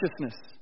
righteousness